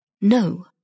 No